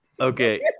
Okay